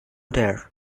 there